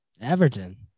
Everton